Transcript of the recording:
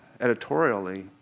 editorially